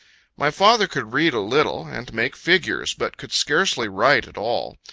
my father could read a little, and make figures, but could scarcely write at all.